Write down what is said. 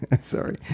sorry